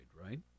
right